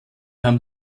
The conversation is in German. haben